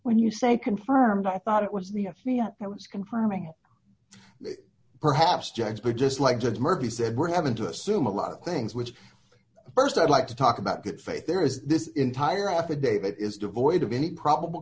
when you say confirmed i thought it was the f b i i was confirming perhaps jack's but just like judge murphy said we're having to assume a lot of things which st i'd like to talk about good faith there is this entire affidavit is devoid of any probable